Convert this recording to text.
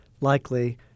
likely